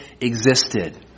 existed